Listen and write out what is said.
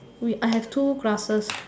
we have two glasses